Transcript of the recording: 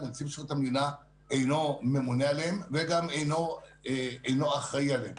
נציב שירות המדינה אינו ממונה עליהם וגם אינו אחראי עליהם.